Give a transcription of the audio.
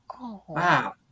wow